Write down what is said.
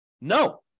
No